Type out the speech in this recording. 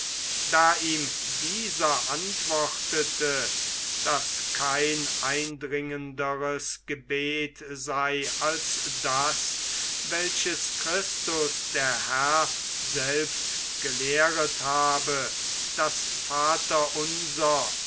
da ihm dieser antwortete daß kein eindringenderes gebet sei als das welches christus der herr selbst gelehrt habe das vater unser